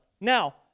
Now